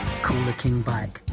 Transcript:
coolerkingbike